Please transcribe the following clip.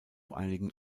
einigen